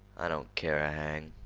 i don't care a hang.